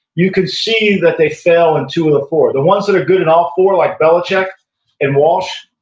you can see that they fail on two of the four. the ones that are good in all four like belichick and walsh,